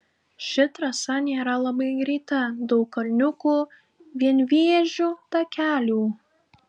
ši trasa nėra labai greita daug kalniukų vienvėžių takelių